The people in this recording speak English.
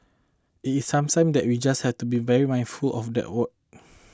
it is something that we just have to be very mindful of that what